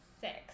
Six